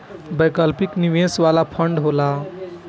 वैकल्पिक निवेश वाला फंड होला